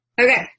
Okay